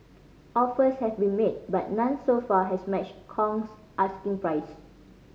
offers have been made but none so far has matched Kong's asking price